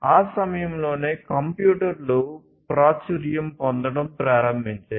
ఆ సమయంలోనే కంప్యూటర్లు ప్రాచుర్యం పొందడం ప్రారంభించాయి